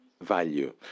value